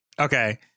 okay